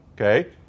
okay